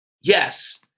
Yes